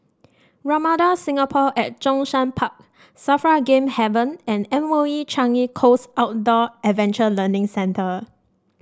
Ramada Singapore at Zhongshan Park Safra Game Haven and M O E Changi Coast Outdoor Adventure Learning Centre